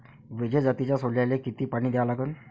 विजय जातीच्या सोल्याले किती पानी द्या लागन?